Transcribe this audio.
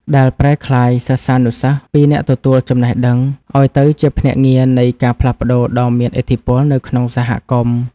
ដែលប្រែក្លាយសិស្សានុសិស្សពីអ្នកទទួលចំណេះដឹង ឱ្យទៅជាភ្នាក់ងារនៃការផ្លាស់ប្តូរដ៏មានឥទ្ធិពលនៅក្នុងសហគមន៍។